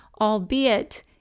albeit